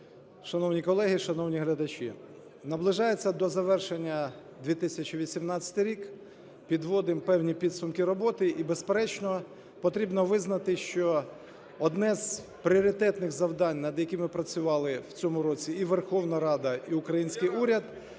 Шановні колеги і шановні глядачі! Наближається до завершення 2018 рік, підводимо певні підсумки роботи. І, безперечно, потрібно визнати, що одне з пріоритетних завдань, над якими працювали в цьому році і Верховна Рада, і український уряд,